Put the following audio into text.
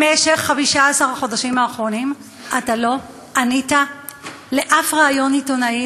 במשך 15 החודשים האחרונים אתה לא ענית לשום ריאיון עיתונאי,